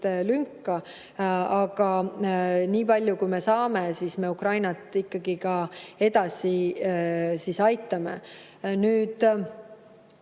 lünka, aga nii palju kui me saame, me Ukrainat ikkagi ka edasi aitame. Nüüd,